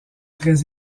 très